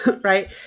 right